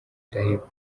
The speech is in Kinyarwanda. ndaheba